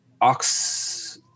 Ox